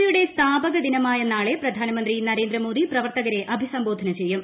പിയുടെ സ്ഥാപക ദിനമായ നാളെ പ്രധാനമന്ത്രി നരേന്ദ്രമോദി പ്രവർത്തകരെ അഭിസംബോധന ചെയ്യും